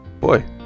boy